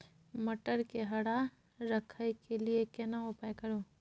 मटर के हरा रखय के लिए केना उपाय करू?